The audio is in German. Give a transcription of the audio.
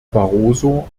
barroso